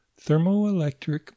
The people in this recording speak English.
thermoelectric